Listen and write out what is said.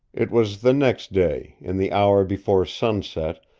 it was the next day, in the hour before sunset,